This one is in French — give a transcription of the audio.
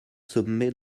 sommet